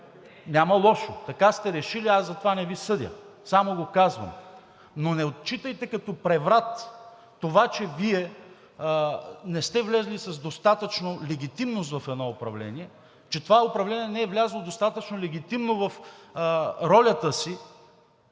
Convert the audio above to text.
Няма лошо, така сте решили. Аз за това не Ви съдя, само го казвам. Но не отчитайте като преврат това, че Вие не сте влезли с достатъчно легитимност в едно управление, че това управление не е влязло достатъчно легитимно в ролята си.